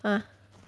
ah